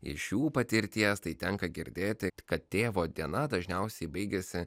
iš jų patirties tai tenka girdėti kad tėvo diena dažniausiai baigiasi